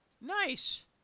Nice